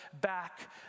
back